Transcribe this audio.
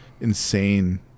insane